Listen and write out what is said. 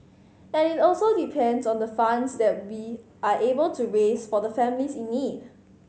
and it also depends on the funds that we are able to raise for the families in need